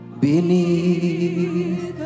beneath